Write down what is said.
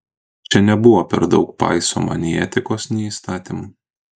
čia nebuvo per daug paisoma nei etikos nei įstatymų